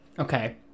Okay